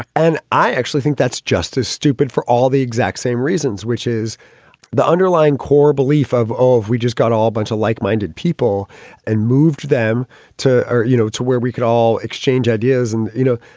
and i actually think that's just as stupid for all the exact same reasons, which is the underlying core belief of all of we just got a whole bunch of like minded people and moved them to, ah you know, to where we could all exchange ideas. and, you know,